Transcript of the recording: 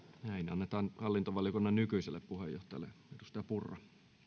annetaan hallintovaliokunnan nykyiselle puheenjohtajalle edustaja purra